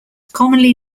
commonly